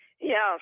yes